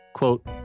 Quote